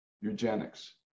eugenics